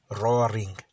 roaring